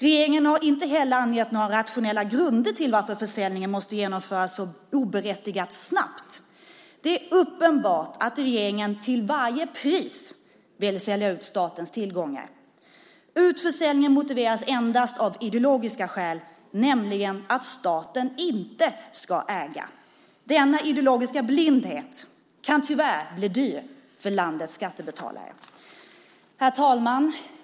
Regeringen har inte heller angett några rationella grunder för att försäljningen måste genomföras så oberättigat snabbt. Det är uppenbart att regeringen till varje pris vill sälja ut statens tillgångar. Utförsäljningen motiveras endast av ideologiska skäl, nämligen att staten inte ska äga. Denna ideologiska blindhet kan tyvärr bli dyr för landets skattebetalare. Herr talman!